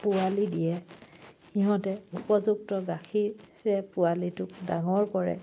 পোৱালি দিয়ে সিহঁতে উপযুক্ত গাখীৰৰে পোৱালিটোক ডাঙৰ কৰে